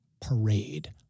parade